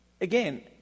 again